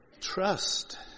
trust